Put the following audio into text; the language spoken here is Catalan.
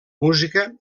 música